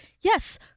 Yes